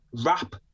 rap